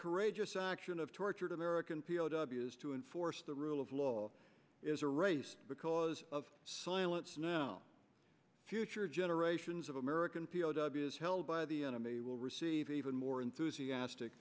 courageous action of tortured american p o w s to enforce the rule of law is a race because of silence now future generations of american p o w s held by the enemy will receive even more enthusiastic